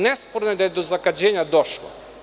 Nesporno je da je do zagađenja došlo.